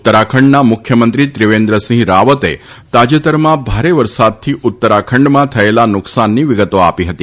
ઉતરાખંડના મુખ્યમંત્રી ત્રિવેન્દ્રસિંહ રાવતે તાજેતરમાં ભારે વરસાદથી ઉત્તરાખંડમાં થયેલ નુકસાનની વિગતો આપી હતી